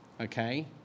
okay